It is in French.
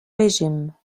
régime